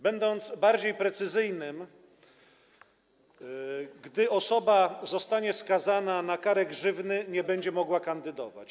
Bardziej precyzyjnie - gdy osoba zostanie skazana na karę grzywny, nie będzie mogła kandydować.